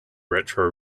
retro